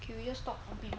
curious talk a bit